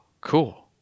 cool